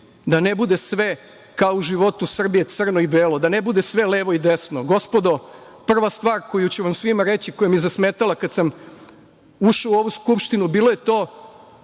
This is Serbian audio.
da ne bude sve kao u životu Srbije crno i belo, da ne bude sve levo i desno. Gospodo, prva stvar koju ću vam svima reći, koja mi je zasmetala kada sam ušao u ovu Skupštinu bilo je to